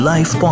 Life